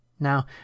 now